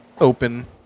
open